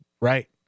Right